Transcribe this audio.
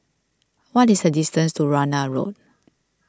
what is the distance to Warna Road